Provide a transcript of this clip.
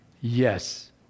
yes